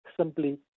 simply